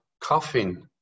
coffin